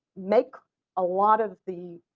make a lot of the